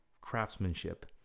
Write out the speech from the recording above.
craftsmanship